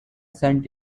sent